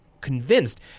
convinced